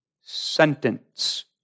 sentence